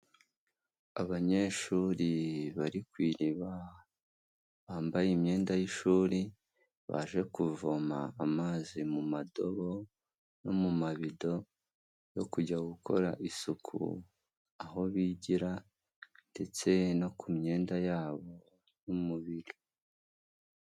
Abanyeshuri bari ku iriba, bambaye imyenda y'ishuri, baje kuvoma amazi mu madobo no mu mabido yo kujya gukora isuku aho bigira, ndetse no ku myenda yabo n'umubiri.